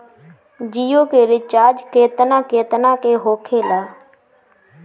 जियो के रिचार्ज केतना केतना के होखे ला?